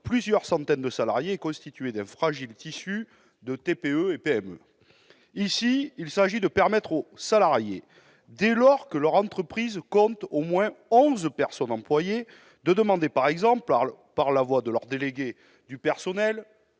plusieurs centaines de salariés. Ici, il s'agit de permettre aux salariés, dès lors que leur entreprise compte au moins 11 personnes employées, de demander- par exemple par la voix de leur délégué du personnel,